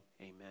amen